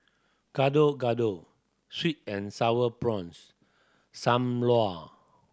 Gado Gado sweet and Sour Prawns Sam Lau